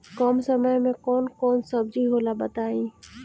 कम समय में कौन कौन सब्जी होला बताई?